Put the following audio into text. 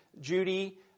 Judy